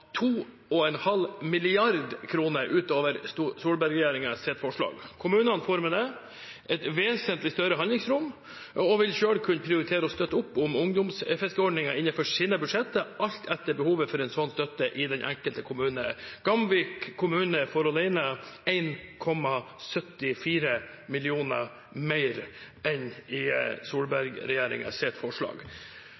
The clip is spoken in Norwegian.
2,5 mrd. kr utover Solberg-regjeringens forslag. Kommunene får med det et vesentlig større handlingsrom og vil selv kunne prioritere å støtte opp om ungdomsfiskeordningen innenfor sine budsjetter, alt etter behovet for en slik støtte i den enkelte kommune. Gamvik kommune alene får 1,74 mill. kr mer enn i